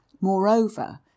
Moreover